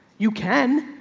you can,